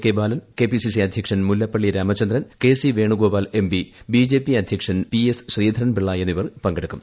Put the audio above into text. K Balan KPCC അധ്യക്ഷൻ Mullappally Ramachandran K C Venugopal M P BJP അധ്യക്ഷൻ P S Sreedharan Pillai എന്നിവർ പങ്കെടുക്കും